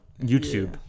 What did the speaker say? YouTube